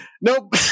nope